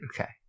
Okay